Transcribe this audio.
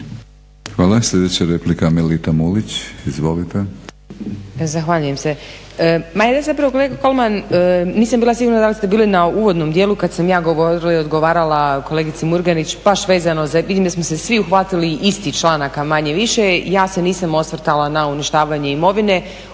Hvala. Sljedeća replika Melita Mulić. Izvolite.